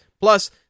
Plus